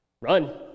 run